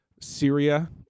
Syria